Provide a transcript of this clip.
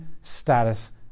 status